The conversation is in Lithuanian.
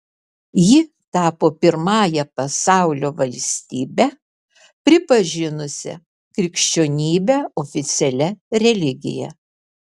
ji tapo pirmąja pasaulio valstybe pripažinusia krikščionybę oficialia religija